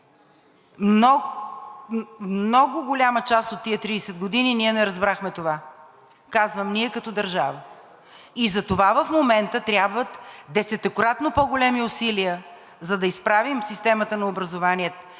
Много голяма част от тези 30 години не разбрахме това, казвам ние като държава. Затова в момента трябват десетократно по-големи усилия, за да изправим системата на образованието